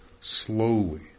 slowly